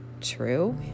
true